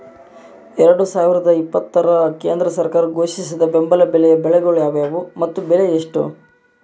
ಎರಡು ಸಾವಿರದ ಇಪ್ಪತ್ತರ ಕೇಂದ್ರ ಸರ್ಕಾರ ಘೋಷಿಸಿದ ಬೆಂಬಲ ಬೆಲೆಯ ಬೆಳೆಗಳು ಯಾವುವು ಮತ್ತು ಬೆಲೆ ಎಷ್ಟು?